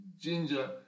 ginger